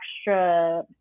extra